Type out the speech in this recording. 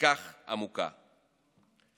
הכל-כך עמוקה".